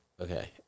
Okay